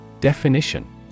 Definition